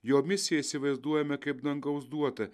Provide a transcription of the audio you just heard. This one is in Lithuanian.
jo misija įsivaizduojame kaip dangaus duotą